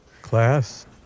Class